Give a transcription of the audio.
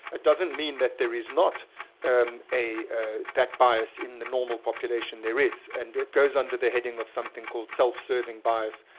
it doesn't mean that there is not and a that bias in the normal population, there is. and it goes under the heading of something called self-serving bias,